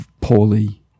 poorly